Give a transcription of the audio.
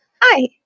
Hi